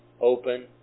open